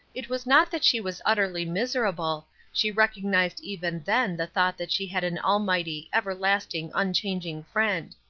it was not that she was utterly miserable she recognized even then the thought that she had an almighty, everlasting, unchanging friend.